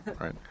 Right